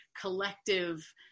collective